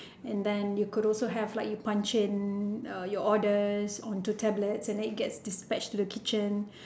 and then you could also have like you punch in your orders onto the tablet and it gets dispatched to the kitchen